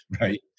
Right